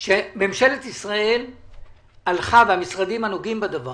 שממשלת ישראל והמשרדים הנוגעים בדבר